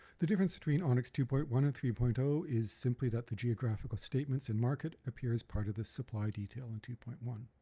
the difference between onix two point one and three point zero is simply that the geographical statements in market appear as part of the supply detail in two point one.